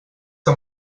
que